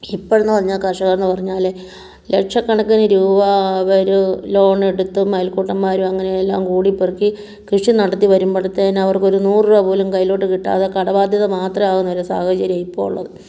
ഇപ്പോഴേന്നു പറഞ്ഞാൽ കർഷകർ എന്ന് പറഞ്ഞാൽ ലക്ഷക്കണക്കിന് രൂപ അവർ ലോൺ എടുത്തും അയൽക്കൂട്ടൻമാരും അങ്ങനെയെല്ലാം കൂടിപ്പെറുക്കി കൃഷി നടത്തി വരുമ്പോഴത്തേന് അവർക്ക് ഒരു നൂറ് രൂപ പോലും കൈയ്യിലോട്ട് കിട്ടാതെ കടബാധ്യത മാത്രം ആകുന്ന ഒരു സാഹചര്യ ഇപ്പോൾ ഉള്ളത്